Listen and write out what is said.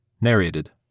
Narrated